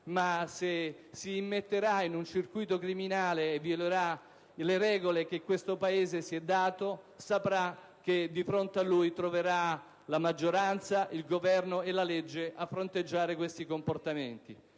se si immetterà in un circuito criminale e violerà le regole che questo Paese si è dato, di fronte a lui troverà la maggioranza, il Governo e la legge a fronteggiare questi comportamenti.